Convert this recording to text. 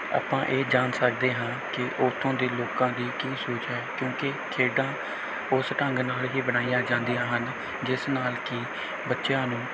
ਆਪਾਂ ਇਹ ਜਾਣ ਸਕਦੇ ਹਾਂ ਕਿ ਉੱਥੋਂ ਦੇ ਲੋਕਾਂ ਦੀ ਕੀ ਸੋਚ ਹੈ ਕਿਉਂਕਿ ਖੇਡਾਂ ਉਸ ਢੰਗ ਨਾਲ ਹੀ ਬਣਾਈਆਂ ਜਾਂਦੀਆਂ ਹਨ ਜਿਸ ਨਾਲ ਕਿ ਬੱਚਿਆਂ ਨੂੰ